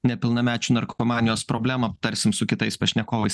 nepilnamečių narkomanijos problemą aptarsim su kitais pašnekovais